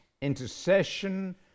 intercession